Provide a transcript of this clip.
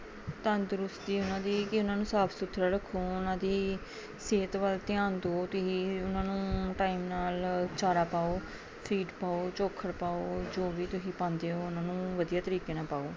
ਤੰਦਰੁਸਤੀ ਉਹਨਾਂ ਦੀ ਕਿ ਉਹਨਾਂ ਨੂੰ ਸਾਫ ਸੁਥਰਾ ਰੱਖੋ ਉਹਨਾਂ ਦੀ ਸਿਹਤ ਵੱਲ ਧਿਆਨ ਦਿਓ ਤੁਸੀਂ ਉਹਨਾਂ ਨੂੰ ਟਾਈਮ ਨਾਲ ਚਾਰਾ ਪਾਓ ਫੀਡ ਪਾਓ ਚੋਕਰ ਪਾਓ ਜੋ ਵੀ ਤੁਸੀਂ ਪਾਉਂਦੇ ਹੋ ਉਹਨਾਂ ਨੂੰ ਵਧੀਆ ਤਰੀਕੇ ਨਾਲ ਪਾਓ